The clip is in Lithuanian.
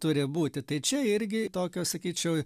turi būti tai čia irgi tokio sakyčiau